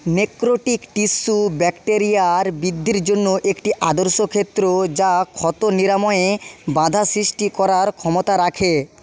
necrotic tissue ব্যাক্টেরিয়ার বৃদ্ধির জন্য একটি আদর্শ ক্ষেত্র যা ক্ষত নিরাময়ে বাধা সৃষ্টি করার ক্ষমতা রাখে